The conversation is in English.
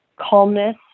calmness